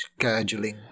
scheduling